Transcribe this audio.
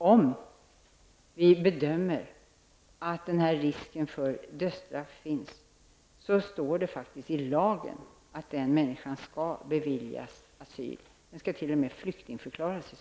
Om vi bedömer att det finns en risk för dödsstraff, skall personen i fråga, så står det faktiskt i lagen, beviljas asyl. Den här personen skall t.o.m. flyktingförklaras här.